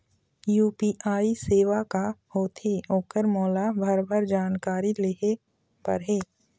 UPI सेवा का होथे ओकर मोला भरभर जानकारी लेहे बर हे?